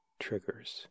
Triggers